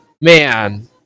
Man